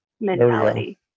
mentality